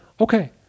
okay